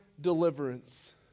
deliverance